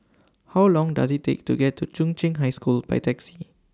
How Long Does IT Take to get to Chung Cheng High School By Taxi